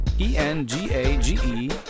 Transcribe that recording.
E-N-G-A-G-E